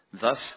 Thus